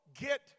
get